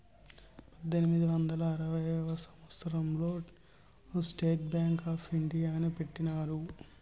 పద్దెనిమిది వందల ఆరవ సంవచ్చరం లో స్టేట్ బ్యాంక్ ఆప్ ఇండియాని పెట్టినారు